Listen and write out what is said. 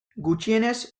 gutxienez